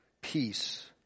peace